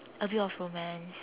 a bit of romance